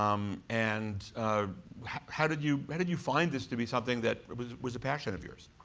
um and how did you, how did you find this to be something that was was a passion of yours?